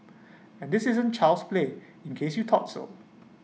and this isn't child's play in case you thought so